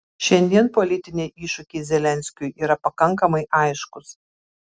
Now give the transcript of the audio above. šiandien politiniai iššūkiai zelenskiui yra pakankamai aiškūs